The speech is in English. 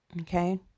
Okay